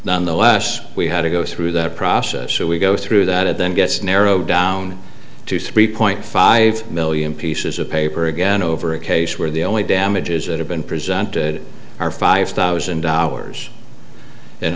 nonetheless we had to go through that process so we go through that it then gets narrowed down to three point five million pieces of paper again over a case where the only damages that have been presented are five thousand dollars and